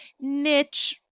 niche